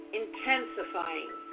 intensifying